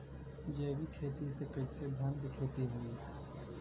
जैविक खेती से कईसे धान क खेती होई?